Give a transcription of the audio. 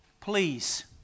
Please